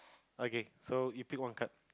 okay so give you one card